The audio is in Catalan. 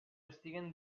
estiguen